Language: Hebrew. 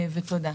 תודה,